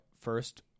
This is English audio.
first